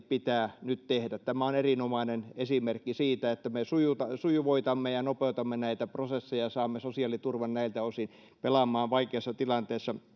pitää nyt tehdä nopeasti tämä on erinomainen esimerkki siitä että me sujuvoitamme ja nopeutamme näitä prosesseja ja saamme sosiaaliturvan näiltä osin pelaamaan vaikeassa tilanteessa